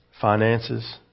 finances